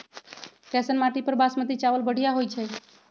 कैसन माटी पर बासमती चावल बढ़िया होई छई?